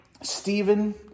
Stephen